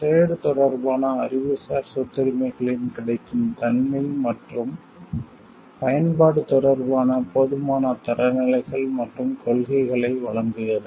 trade வர்த்தகம் தொடர்பான அறிவுசார் சொத்துரிமைகளின் கிடைக்கும் தன்மை மற்றும் பயன்பாடு தொடர்பான போதுமான தரநிலைகள் மற்றும் கொள்கைகளை வழங்குதல்